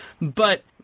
But-